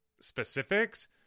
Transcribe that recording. specifics